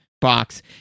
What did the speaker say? box